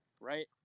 right